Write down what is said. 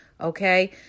okay